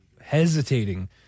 hesitating